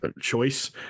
choice